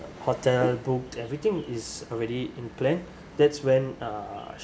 hotel booked everything is already in plan that's when uh